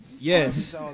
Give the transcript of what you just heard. Yes